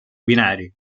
binari